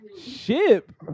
Ship